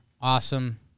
awesome